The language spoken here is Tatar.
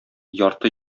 ярты